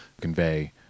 convey